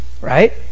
Right